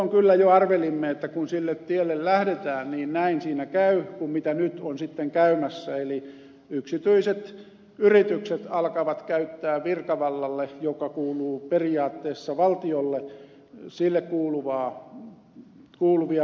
silloin kyllä jo arvelimme että kun sille tielle lähdetään niin näin siinä käy kuin nyt on sitten käymässä eli yksityiset yritykset alkavat käyttää virkavallalle joka kuuluu periaatteessa valtiolle kuuluvia valtuuksia